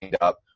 up